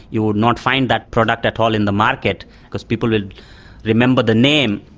you would not find that product at all in the market because people would remember the name.